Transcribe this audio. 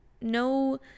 no